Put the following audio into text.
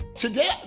Today